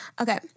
Okay